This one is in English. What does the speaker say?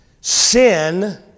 Sin